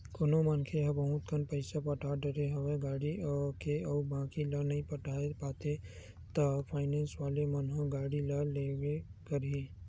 कोनो मनखे ह बहुत कन पइसा पटा डरे हवे गाड़ी के अउ बाकी ल नइ पटा पाते हे ता फायनेंस वाले मन ह गाड़ी ल लेगबे करही